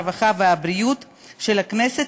הרווחה והבריאות של הכנסת,